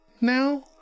now